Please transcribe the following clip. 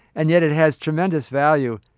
and yet it has tremendous value,